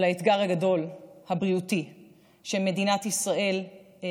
יש אינטגריטי וגם במשרד החינוך יש